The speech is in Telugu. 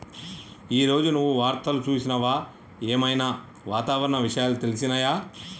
ఈ రోజు నువ్వు వార్తలు చూసినవా? ఏం ఐనా వాతావరణ విషయాలు తెలిసినయా?